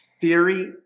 theory